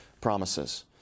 promises